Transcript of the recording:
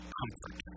comfort